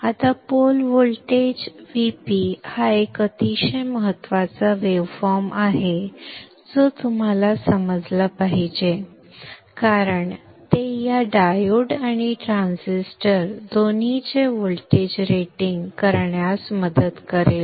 आता pole voltage VP हा एक अतिशय महत्त्वाचा वेव्हफॉर्म आहे जो तुम्हाला समजला पाहिजे कारण ते या डायोड आणि ट्रान्झिस्टर दोन्हीचे व्होल्टेज रेटिंग करण्यास मदत करेल